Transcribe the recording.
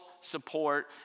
support